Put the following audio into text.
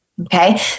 Okay